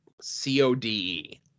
C-O-D-E